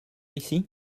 ici